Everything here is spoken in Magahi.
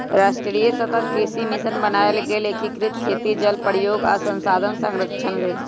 राष्ट्रीय सतत कृषि मिशन बनाएल गेल एकीकृत खेती जल प्रयोग आ संसाधन संरक्षण लेल